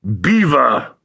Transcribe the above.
Beaver